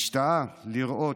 השתאה לראות,